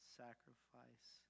sacrifice